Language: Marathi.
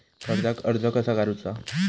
कर्जाक अर्ज कसा करुचा?